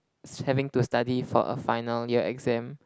having to study for a final year exam